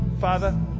father